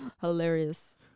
Hilarious